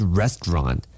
restaurant